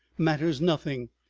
matters nothing.